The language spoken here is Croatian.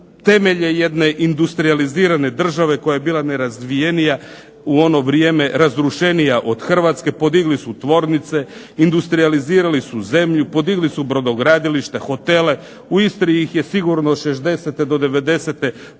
temelje jedne industrijalizirane države koja je bila nerazvijenija u ono vrijeme razrušenija od Hrvatske. Podigli su tvornice, industrijalizirali su zemlju, podigli su brodogradilišta, hotele. U Istri ih je sigurno od '60. do '90.